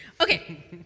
Okay